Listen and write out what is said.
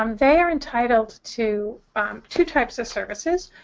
um they are entitled to two types of services.